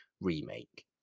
remake